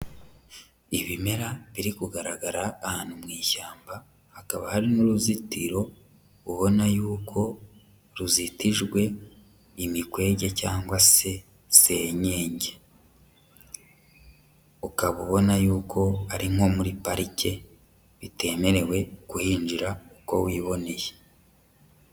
Ibimera biri kugaragara ahantu mu ishyamba, hakaba hari n'uruzitiro ubona yuko ruzitijwe imikwege cyangwa se senyenge. Ukaba ubona yuko ari nko muri parike bitemerewe kuhinjira uko wiboneye.